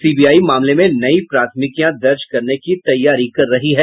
CBI मामले में नयी प्राथमिकियां दर्ज करने की तैयारी कर रही है